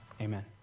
amen